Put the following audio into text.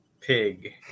pig